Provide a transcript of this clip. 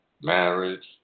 marriage